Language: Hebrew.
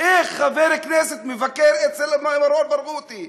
איך חבר כנסת מבקר אצל מרואן ברגותי.